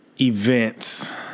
events